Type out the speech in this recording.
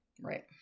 Right